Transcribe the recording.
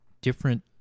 different